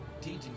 teaching